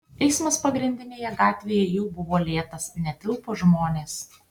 eismas pagrindinėje gatvėje jau buvo lėtas netilpo žmonės